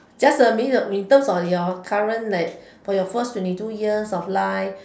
just maybe in terms of your current like for your first twenty two years of life